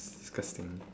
disgusting